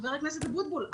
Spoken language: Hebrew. חבר הכנסת אבוטבול,